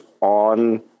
on